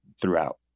throughout